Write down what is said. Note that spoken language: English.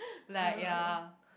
like ya